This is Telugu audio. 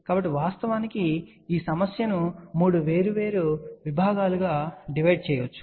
కాబట్టి వాస్తవానికి ఈ సమస్యను 3 వేర్వేరు విభాగాలుగా విభజించవచ్చు